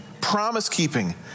promise-keeping